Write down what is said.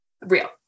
real